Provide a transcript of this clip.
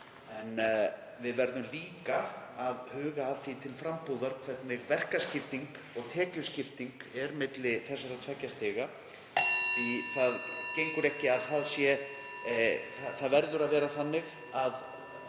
En við verðum líka að huga að því til frambúðar hvernig verkaskipting og tekjuskipting er milli þessara tveggja stiga (Forseti hringir.) því að það verður að vera þannig að